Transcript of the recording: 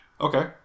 Okay